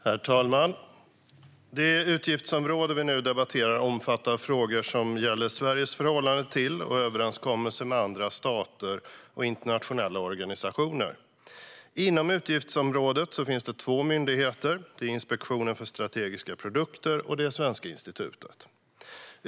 Herr talman! Det utgiftsområde vi nu debatterar omfattar frågor som gäller Sveriges förhållande till och överenskommelser med andra stater och internationella organisationer. Inom utgiftsområdet finns två myndigheter: Inspektionen för strategiska produkter samt Svenska institutet.